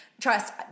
trust